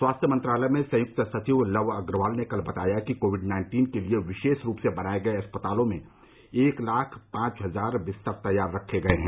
स्वास्थ्य मंत्रालय में संयुक्त सचिव लव अग्रवाल ने कल बताया कि कोविड नाइन्टीन के लिए विशेष रूप बनाए गए अस्पतालों में एक लाख पांच हजार बिस्तर तैयार रखे गए हैं